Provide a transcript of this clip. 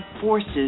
forces